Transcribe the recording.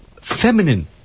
feminine